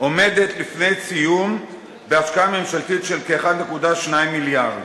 עומדות לפני סיום בהשקעה ממשלתית של כ-1.2 מיליארד.